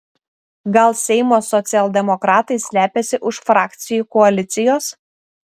gal seimo socialdemokratai slepiasi už frakcijų koalicijos